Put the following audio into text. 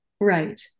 Right